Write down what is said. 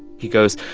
he goes,